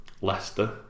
Leicester